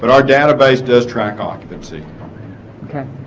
but our database does track occupancy okay